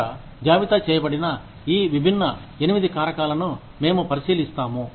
ఇక్కడ జాబితా చేయబడిన ఈ విభిన్న 8 కారకాలను మేము పరిశీలిస్తాము